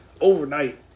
overnight